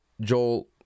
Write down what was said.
Joel